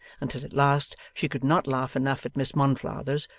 until at last she could not laugh enough at miss monflathers,